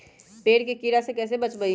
पेड़ के कीड़ा से कैसे बचबई?